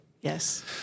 Yes